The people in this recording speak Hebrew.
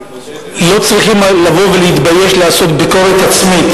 לא צריכים להתבייש לעשות ביקורת עצמית,